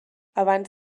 abans